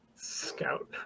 Scout